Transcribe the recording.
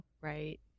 right